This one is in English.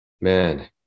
Man